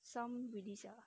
some really sia